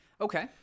Okay